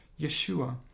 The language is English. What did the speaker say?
Yeshua